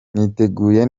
niteguye